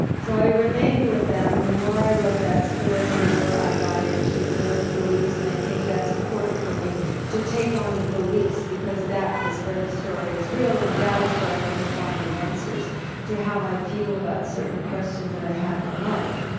so i remained with them, and the more i wrote that story, the more i got into those beliefs, and i think that's important for me to take on the beliefs, because that is where the story is real, and that is where i'm gonna find the answers to how i feel about certain questions that i have in life.